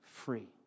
Free